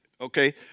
Okay